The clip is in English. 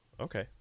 okay